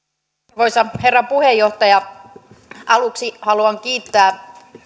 arvoisa herra puheenjohtaja aluksi haluan kiittää